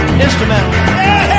Instrumental